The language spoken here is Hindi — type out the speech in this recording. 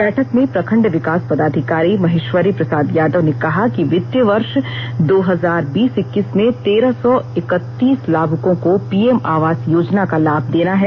बैठक में प्रखंड विकास पदाधिकारी महेश्वरी प्रसाद यादव ने कहा कि वित्तीय वर्ष दो हजार बीस इक्कीस में तेरह सौ इक्क्तीस लाभूकों को पीएम आवास योजना का लाभ देना है